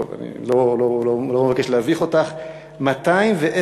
טוב, אני לא מבקש להביך אותך, 210,469,